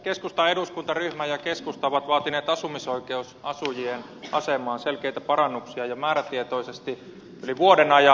keskustan eduskuntaryhmä ja keskusta ovat vaatineet asumisoikeusasujien asemaan selkeitä parannuksia määrätietoisesti jo yli vuoden ajan